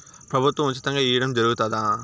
ప్రభుత్వం ఉచితంగా ఇయ్యడం జరుగుతాదా?